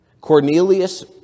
Cornelius